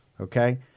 Okay